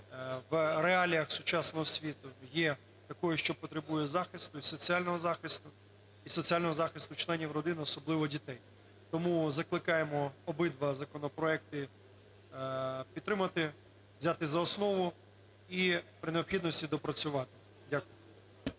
в реаліях сучасного світу є такою, що потребує захисту, і соціального захисту, і соціального захисту членів родин, особливо дітей. Тому закликаємо обидва законопроекти підтримати, взяти за основу і при необхідності доопрацювати. Дякую.